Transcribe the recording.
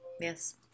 Yes